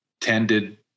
tended